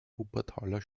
wuppertaler